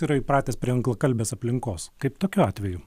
yra įpratęs prie anglakalbės aplinkos kaip tokiu atveju